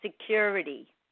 security